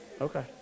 Okay